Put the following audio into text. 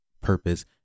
purpose